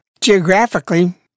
geographically